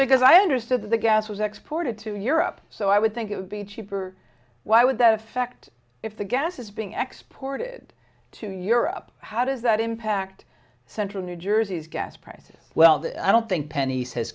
because i understood that the gas was exported to europe so i would think it would be cheaper why would that affect if the gas is being x ported to europe how does that impact central new jersey's gas prices well i don't think penny